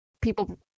people